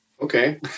Okay